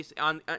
on